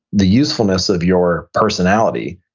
the usefulness of your personality,